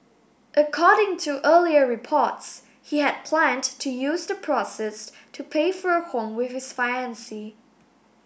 according to earlier reports he had planned to use the proceeds to pay for a home with his